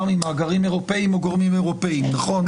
ממאגרים אירופאים או גורמים אירופאים נכון?